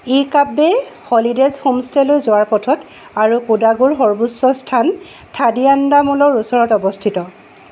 ই Kabbe holidays হোমষ্টেলৈ যোৱাৰ পথত আৰু কোডাগুৰ সৰ্বোচ্চ স্থান থাদিয়াণ্ডামোলৰ ওচৰত অৱস্থিত